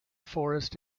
forest